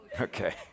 okay